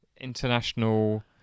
International